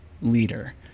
leader